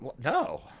No